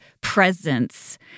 presence